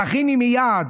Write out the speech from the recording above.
תכיני מיד,